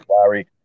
Larry